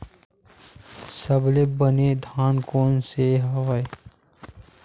सबले बने धान कोन से हवय?